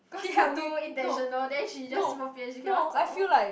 cause you too intentional then she just bo bian she cannot zao